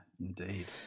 indeed